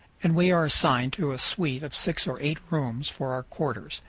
and we are assigned to a suite of six or eight rooms for our quarters.